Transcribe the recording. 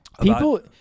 people